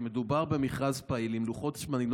כי מדובר במכרז פעיל עם לוחות זמנים,